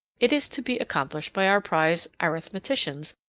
it is to be accomplished by our prize arithmeticians,